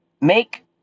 make